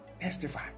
testify